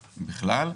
בכלל,